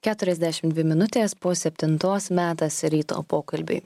keturiasdešimt dvi minutės po septintos metas ryto pokalbiui